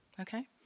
Okay